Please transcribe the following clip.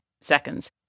seconds